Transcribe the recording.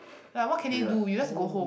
like what can they do you just go home